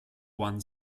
one